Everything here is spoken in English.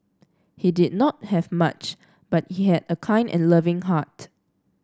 he did not have much but he had a kind and loving heart